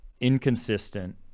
inconsistent